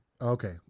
Okay